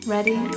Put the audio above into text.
Ready